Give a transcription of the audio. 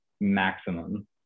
maximum